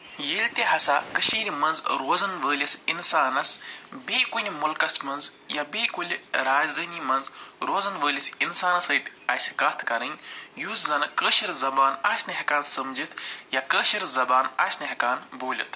ییٚلہ تہِ ہَسا کٔشیٖرِ منٛز روزن وٲلِس اِنسانس بیٚیہِ کُنہِ مُلکس منٛز یا بیٚیہِ کُلہِ رازدٲنی منٛز روزن وٲلِس اِنسانس سۭتۍ آسہِ کَتھ کَرٕنۍ یُس زَنہٕ کٲشِر زبان آسہِ نہٕ ہٮ۪کان سمجِتھ یا کٲشِر زبان آسہِ نہٕ ہٮ۪کان بوٗلِتھ